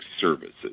Services